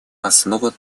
основа